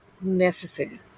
necessary